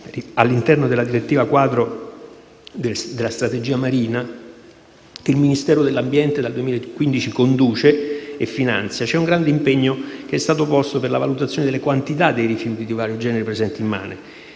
all'interno della direttiva quadro della strategia marina che il Ministero dell'ambiente dal 2015 conduce e finanzia, c'è un grande impegno che è stato posto per la valutazione delle quantità dei rifiuti di vario genere presenti in mare.